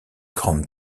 grande